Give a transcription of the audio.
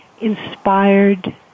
inspired